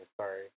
sorry